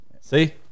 See